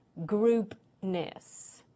groupness